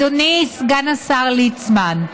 אדוני סגן השר ליצמן,